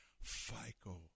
FICO